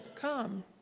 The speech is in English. Come